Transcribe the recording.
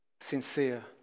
sincere